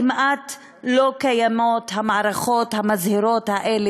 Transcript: כמעט לא קיימות המערכות המזהירות האלה